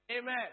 Amen